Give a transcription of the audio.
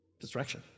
Distraction